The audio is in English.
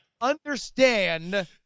understand